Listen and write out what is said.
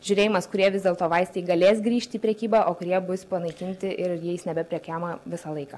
žiūrėjimas kurie vis dėlto vaistai galės grįžti į prekybą o kurie bus panaikinti ir jais nebeprekiaujama visą laiką